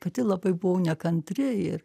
pati labai buvau nekantri ir